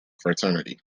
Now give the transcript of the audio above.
fraternity